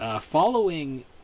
following